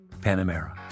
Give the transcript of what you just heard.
Panamera